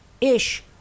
ish